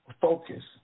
focus